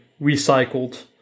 recycled